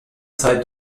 zeit